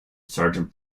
sergeant